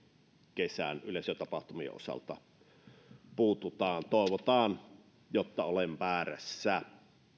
kesän yleisötapahtumien osalta puututa toivotaan että olen väärässä